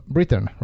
Britain